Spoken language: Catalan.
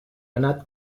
anat